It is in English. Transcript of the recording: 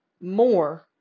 more